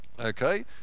Okay